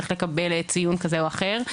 צריך לקבל ציון כזה או אחר.